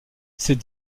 ces